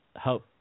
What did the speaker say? help